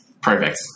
Perfect